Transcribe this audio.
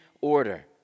order